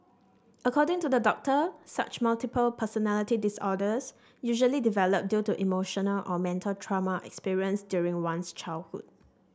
according to the doctor such multiple personality disorders usually develop due to emotional or mental trauma experienced during one's childhood